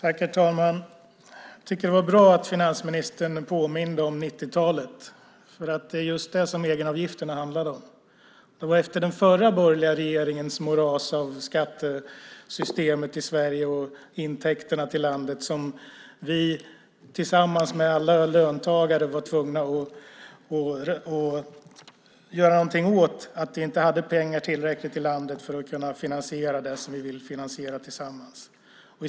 Herr talman! Det var bra att finansministern påminde om 90-talet. Det är just det som egenavgifterna handlar om. Det var det moras i skattesystemet och i intäkterna som uppstod under den förra borgerliga regeringen som vi tillsammans med löntagare var tvungna att göra någonting åt. Vi hade inte tillräckligt med pengar för att kunna finansiera det som vi ville finansiera gemensamt.